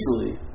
easily